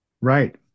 Right